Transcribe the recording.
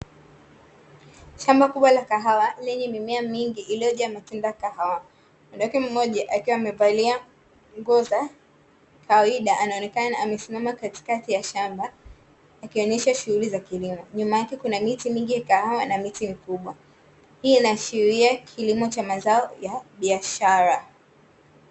Shamba kubwa la kahawa lenye mimea mingi iliyojaa matunda ya kahawa. Mkaka mmoja akiwa amevalia nguo za kawaida anaonekana amesimama katikati ya shamba akionyesha shughuli za kilimo, nyuma yake kuna miti mingi ya kahawa na miti mikubwa. Hii inaashiria kilimo cha mazao ya biashara.